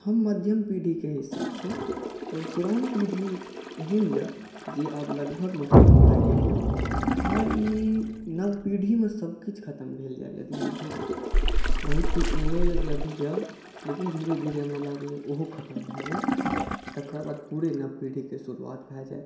हम मध्यम पीढ़ीक हिस्सा छी आओर पुरान पीढ़ी एहन यऽ जे आब लगभगमे खतम भऽ गेलैया आओर ई नब पीढ़ीमे सभ किछु खतम भेल जाइया धीरे धीरे बहुत किछु एहनो अइ जे अभी यऽ लेकिन धीरे धीरे हमरा लागैया ओहो खतम भऽ जायत तकर बाद पूरे नब पीढ़ीक शुरुआत भऽ जायत